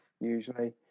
usually